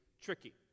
tricky